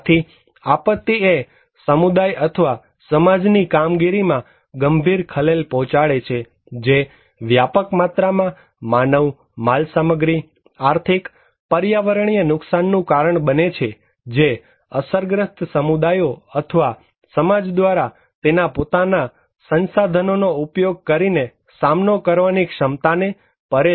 આથી આપત્તિ એ સમુદાય અથવા સમાજની કામગીરીમાં ગંભીર ખલેલ પહોંચાડે છે જે વ્યાપક માત્રામાં માનવ માલસામગ્રી આર્થિક પર્યાવરણીય નુકશાનનું કારણ બને છે જે અસરગ્રસ્ત સમુદાયો અથવા સમાજ દ્વારા તેના પોતાના સંસાધનોનો ઉપયોગ કરીને સામનો કરવાની ક્ષમતાને પરે છે